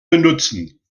benutzen